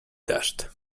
dashed